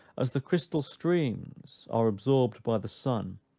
as the crystal streams are absorbed by the sun,